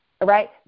Right